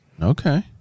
Okay